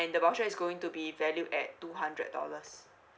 and the voucher is going to be valued at two hundred dollars